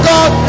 God